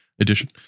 Edition